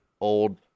old